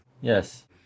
Yes